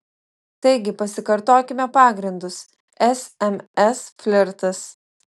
taigi pasikartokime pagrindus sms flirtas